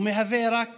הוא מהווה רק